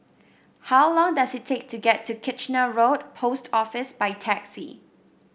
how long does it take to get to Kitchener Road Post Office by taxi